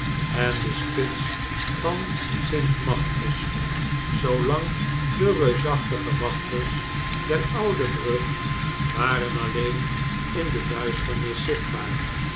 en de spits van st magnus zoo lang de reusachtige wachters der oude brug waren alleen in de duisternis zichtbaar